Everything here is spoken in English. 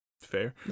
Fair